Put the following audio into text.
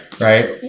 Right